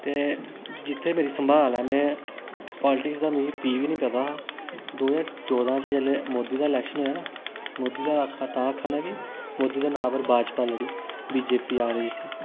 ते जित्थै मेरी सम्भाल ऐ मैें पालटिक्स दा मिगी पी बी नी पता हा दो ज्हार चौदह च जेल्ले मोदी दा इलेक्शन होएआ ना मोदी दा तां आक्खा ना कि मोदी दे नां पर भाजपा लड़ी बीजेपी आखदे जिसी